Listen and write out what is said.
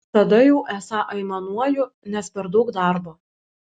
o tada jau esą aimanuoju nes per daug darbo